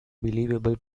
believable